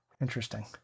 Interesting